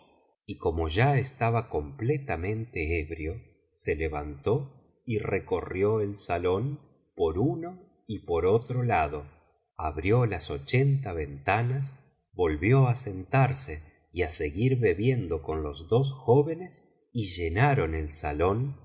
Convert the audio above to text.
y como ya estaba completamente ebrio se levantó y recorrió el salón por uno y por otro lado abrió las biblioteca valenciana generalitat valenciana historia de dulce amiga ochenta ventanas volvió á sentarse y á seguir bebiendo con los dos jóvenes y llenaron el salón